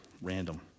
random